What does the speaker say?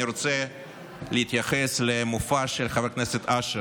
אני רוצה להתייחס למופע של חבר הכנסת אשר,